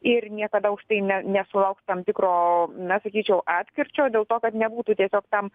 ir niekada už tai ne nesulauks tam tikro na sakyčiau atkirčio dėl to kad nebūtų tiesiog tam